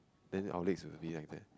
then our legs will be like that